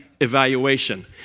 evaluation